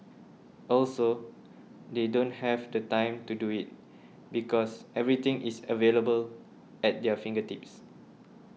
also they don't have the time to do it because everything is available at their fingertips